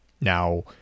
Now